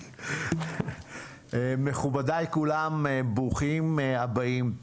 מכובדיי כולם, ברוכים הבאים.